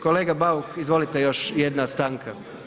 Kolega Bauk izvolite, još jedna stanka?